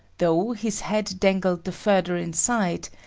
though, his head dangled the further inside,